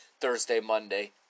Thursday-Monday